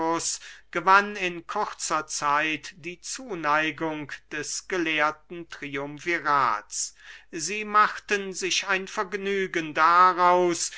gewann in kurzer zeit die zuneigung des gelehrten triumvirats sie machten sich ein vergnügen daraus